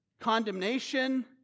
condemnation